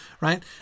Right